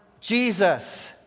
Jesus